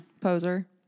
poser